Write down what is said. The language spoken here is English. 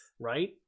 Right